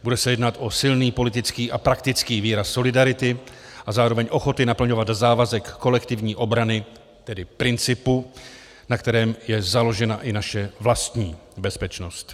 Bude se jednat o silný politický a praktický výraz solidarity a zároveň ochoty naplňovat závazek kolektivní obrany, tedy principu, na kterém je založena i naše vlastní bezpečnost.